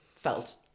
felt